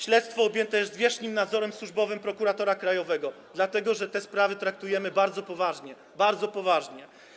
Śledztwo objęte jest zwierzchnim nadzorem służbowym prokuratora krajowego, dlatego że te sprawy traktujemy bardzo poważnie - bardzo poważnie.